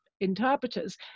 interpreters